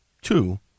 two